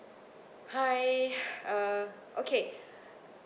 hi uh okay